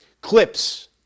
clips